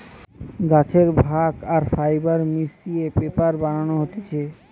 গাছের ভাগ আর ফাইবার মিশিয়ে পেপার বানানো হতিছে